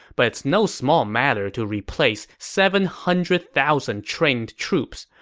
but it's no small matter to replace seven hundred thousand trained troops,